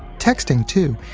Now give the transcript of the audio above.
texting, too,